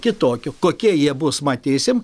kitokių kokie jie bus matysim